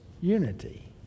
unity